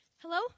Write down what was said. Hello